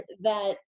that-